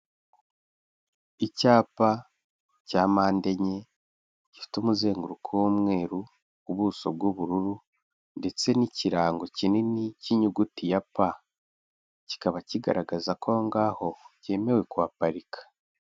Icyapa cya mpande enye gifite umuzenguruko w'umweru, ubuso bw'ubururu ndetse n'ikirango kinini cy'inyuguti ya pa. Kikaba kigaragaza ko aho ngaho byemewe kuhaparika.